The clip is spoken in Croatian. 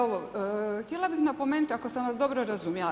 Evo, htjela bih napomenuti, ako sam vas dobro razumjela.